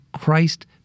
Christ